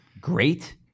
great